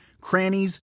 crannies